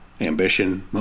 ambition